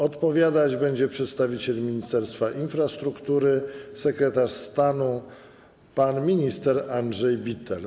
Odpowiadać będzie przedstawiciel Ministerstwa Infrastruktury, sekretarz stanu pan minister Andrzej Bittel.